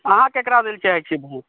अहाँ केकरा दए लऽ चाहै छीयै वोट